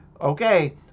okay